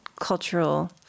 cultural